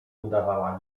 udawała